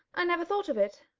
i never thought of it.